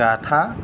बाथा